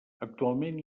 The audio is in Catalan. actualment